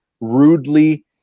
rudely